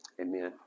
Amen